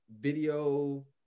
video